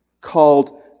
called